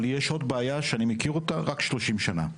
אבל יש עוד בעיה שאני מכיר אותה רק 30 שנים,